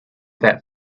that